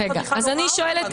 אף אחד לא ראה אותם.